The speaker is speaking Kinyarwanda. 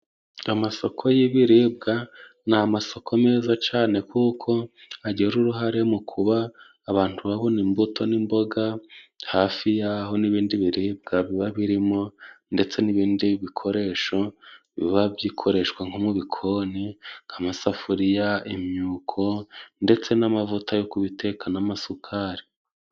Amasoko y'ibiribwa ni amasoko meza cane kuko agira uruhare mu kuba abantu babona imbuto n'imboga hafi y'aho n'ibindi biribwa biba birimo ndetse n'ibindi bikoresho biba bikoreshwa nk'ibikoni nk'amasafuriya, imyuko ndetse n'amavuta yo kubiteka n'amasukari.